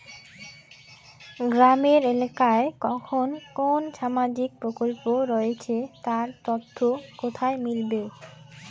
গ্রামের এলাকায় কখন কোন সামাজিক প্রকল্প রয়েছে তার তথ্য কোথায় মিলবে?